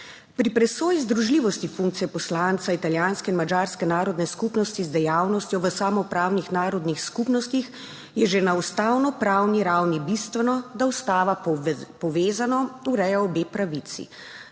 Pri presoji združljivosti funkcije poslanca italijanske in madžarske narodne skupnosti z dejavnostjo v samoupravnih narodnih skupnostih je že na ustavnopravni ravni bistveno, da ustava povezano ureja obe pravici,